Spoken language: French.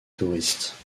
touristes